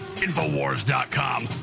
Infowars.com